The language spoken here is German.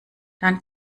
dann